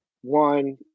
one